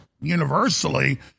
universally